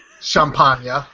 champagne